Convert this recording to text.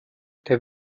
der